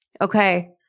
Okay